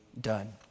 done